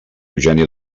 eugènia